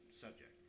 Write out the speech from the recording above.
subject